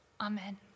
Amen